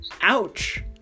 Ouch